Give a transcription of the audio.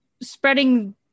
spreading